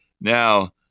Now